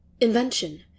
Invention